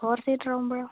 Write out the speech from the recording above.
four seater ആവുമ്പോഴോ